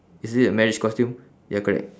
is it a marriage costume ya correct